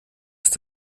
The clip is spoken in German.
ist